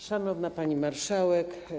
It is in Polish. Szanowna Pani Marszałek!